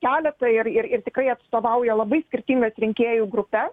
keletą ir ir tikrai atstovauja labai skirtingas rinkėjų grupes